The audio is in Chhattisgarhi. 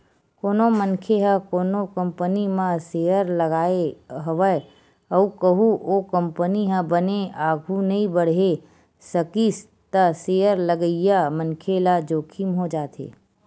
कोनो मनखे ह कोनो कंपनी म सेयर लगाय हवय अउ कहूँ ओ कंपनी ह बने आघु नइ बड़हे सकिस त सेयर लगइया मनखे ल जोखिम हो जाथे